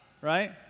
Right